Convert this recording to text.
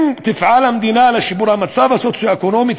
אם תפעל המדינה לשיפור המצב הסוציו-אקונומי,